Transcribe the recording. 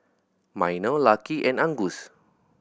Minor Lucky and Angus